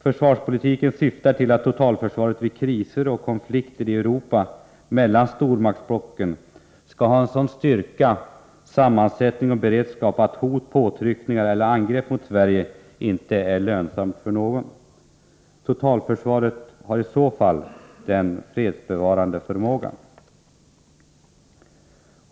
Försvarspolitiken syftar till att totalförsvaret vid kriser och konflikter i Europa mellan stormaktsblocken skall ha en sådan styrka, sammansättning och beredskap att hot, påtryckningar eller angrepp mot Sverige inte kan bedömas vara lönsamt för någon. Totalförsvaret har i så fall den önskade fredsbevarande förmågan.